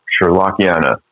Sherlockiana